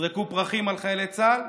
יזרקו פרחים על חיילי צה"ל?